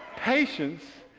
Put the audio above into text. patience